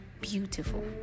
beautiful